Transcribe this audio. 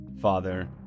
father